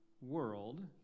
world